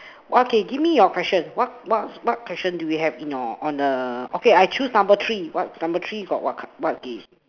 what okay give me your question what what what question do we have in or on err okay I choose number three what number three got what what gift